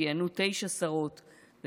כיהנו תשע שרות,